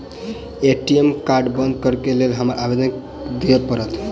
ATM card बंद करैक लेल हमरा आवेदन दिय पड़त?